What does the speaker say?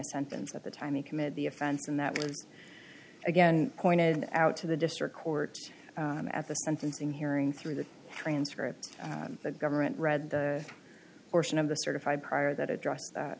a sentence at the time he committed the offense and that was again pointed out to the district court at the sentencing hearing through the transcript that government read the portion of the certified prior that address